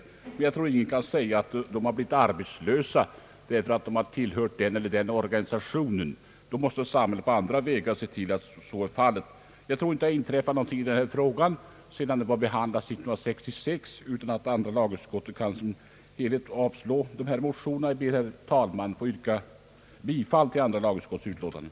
Jag tror emellertid inte man kan påstå att någon har blivit arbetslös på grund av att han tillhört den eller den organisationen. Om något sådant kan inträffa måste samhället på andra vägar komma till rätta med det problemet. Jag tror inte att det har inträffat någonting i denna fråga sedan 1966, och andra lagutskottet har ju också avstyrkt motionerna. Herr talman! Jag ber att få yrka bifall till andra lagutskottets förslag.